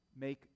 make